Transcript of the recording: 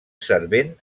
servent